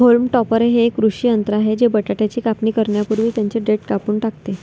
haulm topper हे एक कृषी यंत्र आहे जे बटाट्याची कापणी करण्यापूर्वी त्यांची देठ कापून टाकते